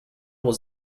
was